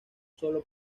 solo